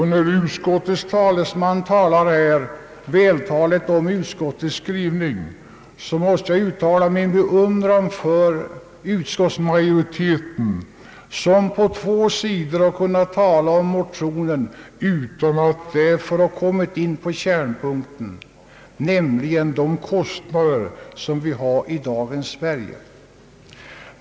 När utskottets talesman så vackert redogör för utskottets skrivning, så måste jag uttala min beundran för utskottsmajoriteten, som på två sidor har kunnat kommentera motionen utan att därför ha kommit in på kärnpunkten, nämligen de kostnader för sjukvården som vi har i dagens Sverige.